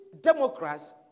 Democrats